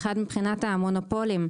הראשון, מבחינת המונופולים.